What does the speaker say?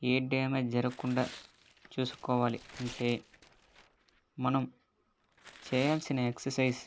ఏ damage జరగకుండా చూసుకోవాలి అంటే మనం చేయాల్సిన ఎక్సర్సైజ్